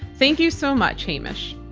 thank you so much, hamish.